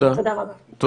תודה רבה.